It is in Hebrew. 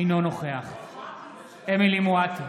אינו נוכח אמילי חיה מואטי,